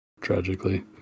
tragically